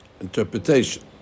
interpretation